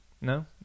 No